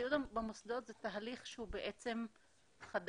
הסיעוד במוסדות זה תהליך בעצם חדש,